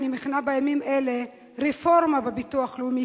אני מכינה בימים אלה רפורמה בביטוח הלאומי.